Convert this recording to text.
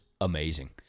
amazing